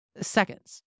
Seconds